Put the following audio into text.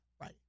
Right